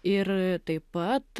ir taip pat